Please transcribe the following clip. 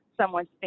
someone's